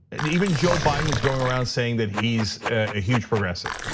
and even joe biden is going around saying that he's a huge progressive.